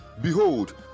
Behold